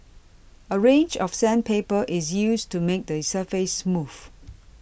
a range of sandpaper is used to make the surface smooth